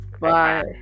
bye